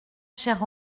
chère